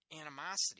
animosity